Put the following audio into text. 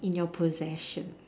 in your possession